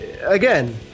Again